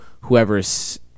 whoever's